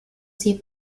sie